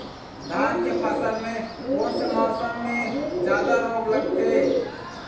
धान के फसल मे कोन से मौसम मे जादा रोग लगथे?